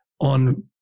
on